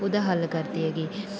ਉਹਦਾ ਹੱਲ ਕਰਦੇ ਹੈਗੇ